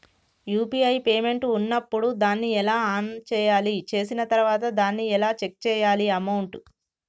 UPI payment ఉన్నప్పుడు దాన్ని ఎలా ఆన్ చేయాలి? చేసిన తర్వాత దాన్ని ఎలా చెక్ చేయాలి అమౌంట్?